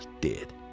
dead